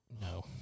No